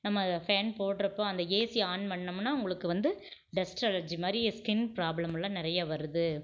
நம்ம ஃபேன் போடுறப்போ அந்த ஏசி ஆன் பண்ணோம்னா உங்களுக்கு வந்து டஸ்ட் அலர்ஜி மாதிரி ஸ்கின் ப்ராப்ளம்லாம் நிறைய வருது